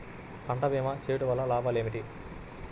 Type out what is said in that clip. పంట భీమా చేయుటవల్ల లాభాలు ఏమిటి?